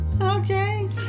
Okay